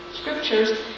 scriptures